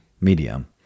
medium